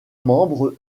membres